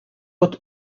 pod